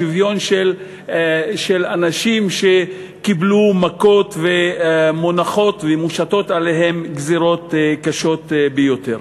שוויון של אנשים שקיבלו מכות ומונחות ומושתות עליהם גזירות קשות ביותר.